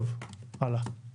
טוב, הלאה.